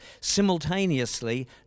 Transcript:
simultaneously